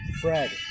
fred